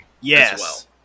Yes